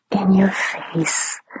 in-your-face